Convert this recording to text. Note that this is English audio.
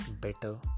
better